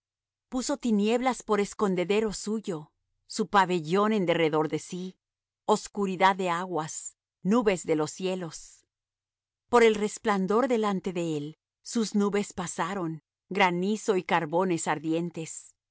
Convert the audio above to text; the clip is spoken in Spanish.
puso tinieblas por escondedero suyo su pabellón en derredor de sí oscuridad de aguas nubes de los cielos por el resplandor delante de él sus nubes pasaron granizo y carbones ardientes